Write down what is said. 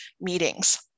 meetings